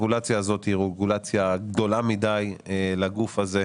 הרגולציה הזאת היה רגולציה גדולה מידי לגוף הזה,